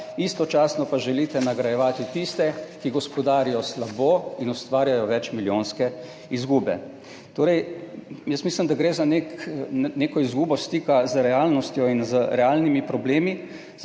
istočasno pa želite nagrajevati tiste, ki gospodarijo slabo in ustvarjajo večmilijonske izgube. Jaz mislim, da gre za neko izgubo stika z realnostjo in z realnimi problemi.